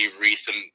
recent